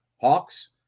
Hawks